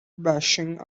bashing